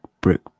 brick